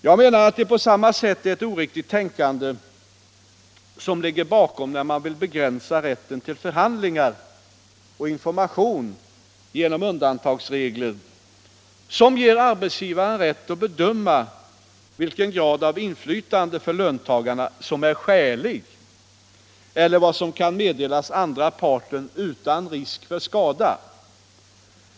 Jag menar att det också är ett oriktigt tänkande som ligger bakom, när man vill begränsa rätten till förhandlingar och information genom undantagsregler som ger arbetsgivaren rätt att bedöma vilken grad av inflytande för löntagarna som är ”skälig” eller vad som kan meddelas den andra parten ”utan risk för skada”.